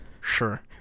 sure